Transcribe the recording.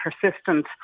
persistent